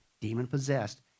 demon-possessed